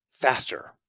faster